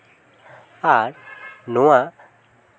ᱟᱨ ᱱᱚᱣᱟ